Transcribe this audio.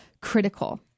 critical